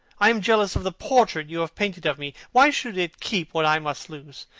i am jealous of the portrait you have painted of me. why should it keep what i must lose?